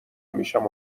میشم